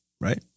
Right